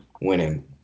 winning